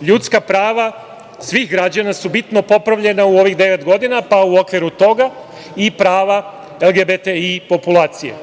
ljudska prava svih građana su bitno popravljena u ovih devet godina, pa u okviru toga i prava LGBT populacije.